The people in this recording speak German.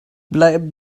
bleiben